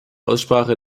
aussprache